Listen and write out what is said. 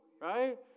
right